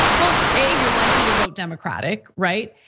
well, a, you're likely to vote democratic, right?